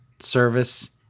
service